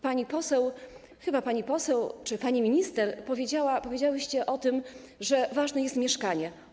Pani poseł, chyba pani poseł, czy pani minister powiedziała, powiedziałyście o tym, że ważne jest mieszkanie.